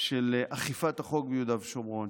אכיפת החוק ביהודה ושומרון,